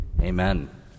Amen